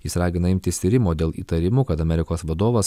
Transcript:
jis ragina imtis tyrimo dėl įtarimų kad amerikos vadovas